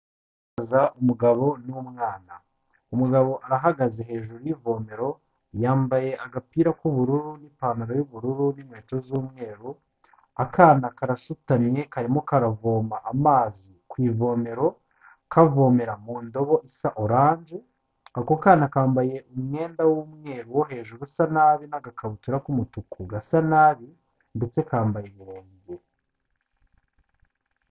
Haza umugabo n'umwana, umugabo arahagaze hejuru y'ivomero yambaye agapira k'ubururu n'ipantaro y'ubururu n'inkweto z'umweru, akana karasutamye karimo karavoma amazi ku ivomero, kavomera mu ndobo isa oranje, ako kana kambaye umwenda w'umweru wo hejuru usa nabi n'agakabutura k'umutuku gasa nabi, ndetse kambaye ibirenge.